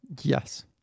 Yes